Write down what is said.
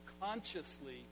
consciously